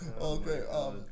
okay